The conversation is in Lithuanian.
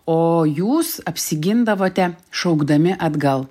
o jūs apsigindavote šaukdami atgal